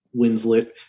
Winslet